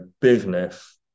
business